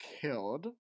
killed